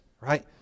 right